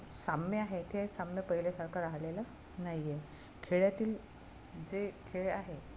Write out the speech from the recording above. साम्य आहे ते साम्य पहिल्यासारखं राहिलेलं नाही आहे खेड्यातील जे खेळ आहे